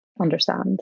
understand